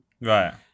Right